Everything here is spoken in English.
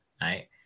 right